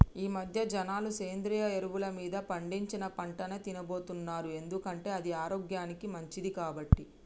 ఈమధ్య జనాలు సేంద్రియ ఎరువులు మీద పండించిన పంటనే తిన్నబోతున్నారు ఎందుకంటే అది ఆరోగ్యానికి మంచిది కాబట్టి